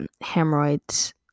hemorrhoids